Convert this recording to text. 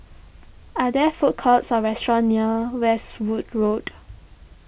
are there food courts or restaurants near Westwood Road